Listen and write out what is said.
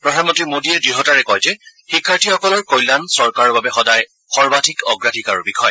প্ৰধানমন্ত্ৰী মোদীয়ে দ্য়তাৰে কয় যে শিক্ষাৰ্থীসকলৰ কল্যাণ চৰকাৰৰ বাবে সদায় সৰ্বাধিক অগ্ৰাধিকাৰৰ বিষয়